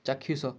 ଚାକ୍ଷୁସ